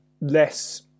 less